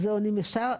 לא על הכל ביחד?